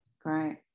great